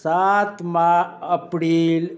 सात मार अप्रैल